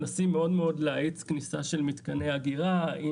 מנסים מאוד להאיץ כניסה של מתקני אגירה.